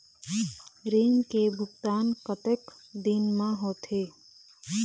ऋण के भुगतान कतक दिन म होथे?